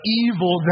evil